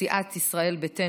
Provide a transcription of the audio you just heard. סיעת ישראל ביתנו,